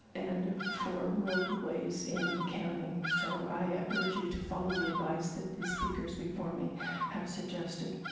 and for roadways in the county, so i ah urge you to follow the advice that these speakers before me have suggested.